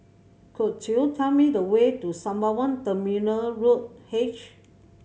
could you tell me the way to Sembawang Terminal Road H